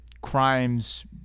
crimes